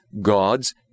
god's